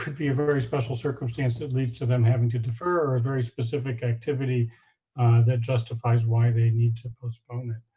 very special circumstance that leads to them having to defer or a very specific activity that justifies why they need to postpone it.